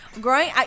growing